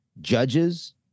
judges